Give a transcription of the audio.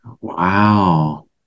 Wow